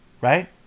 Right